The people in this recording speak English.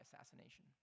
assassination